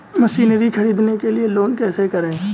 Machinery ख़रीदने के लिए लोन कैसे करें?